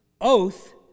oath